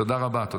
תודה רבה.